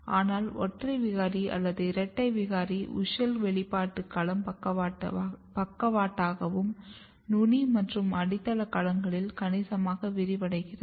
ஆனால் ஒற்றை விகாரி அல்லது இரட்டை விகாரியில் WUSCHEL வெளிப்பாடு களம் பக்கவாட்டாகவும் நுனி மற்றும் அடித்தள களங்களிலும் கணிசமாக விரிவடைகிறது